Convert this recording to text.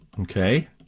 Okay